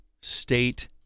state